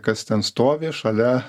kas ten stovi šalia